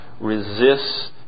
resists